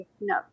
No